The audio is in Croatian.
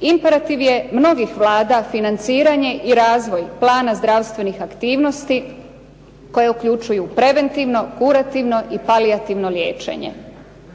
Imperativ je mnogih vlada financiranje i razvoj plana zdravstvenih aktivnosti koje uključuju preventivno, kurativno i palijativno liječenje.